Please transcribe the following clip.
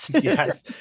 Yes